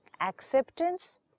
acceptance